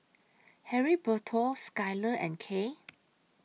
Heriberto Skyler and Kay